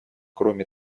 кроме